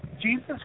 Jesus